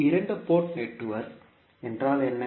இரண்டு port network என்றால் என்ன